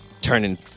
Turning